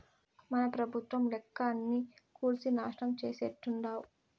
మన పెబుత్వం లెక్క అన్నీ కూల్సి నాశనం చేసేట్టుండావ్